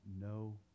no